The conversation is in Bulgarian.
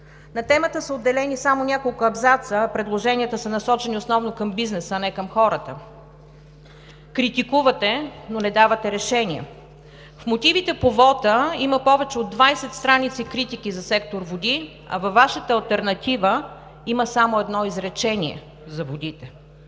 На темата са отделени само няколко абзаца, предложенията са насочени основно към бизнеса, а не към хората. Критикувате, но не давате решения. В мотивите по вота има повече от 20 страници критики за сектор „Води“, а във Вашата алтернатива има само едно изречение за водите!